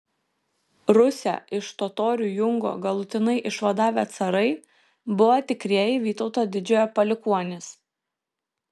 rusią iš totorių jungo galutinai išvadavę carai buvo tikrieji vytauto didžiojo palikuonys